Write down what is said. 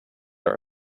are